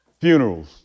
Funerals